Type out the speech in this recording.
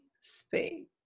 speak